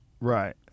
right